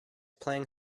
playing